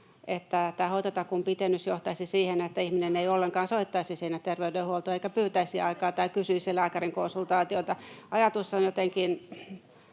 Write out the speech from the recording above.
että tämä hoitotakuun pidennys johtaisi siihen, että ihminen ei ollenkaan soittaisi sinne terveydenhuoltoon eikä pyytäisi aikaa tai kysyisi lääkärin konsultaatiota. Ajatus on jotenkin...